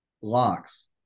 Locks